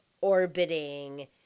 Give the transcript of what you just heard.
orbiting